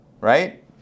right